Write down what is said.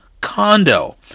condo